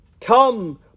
Come